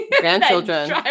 grandchildren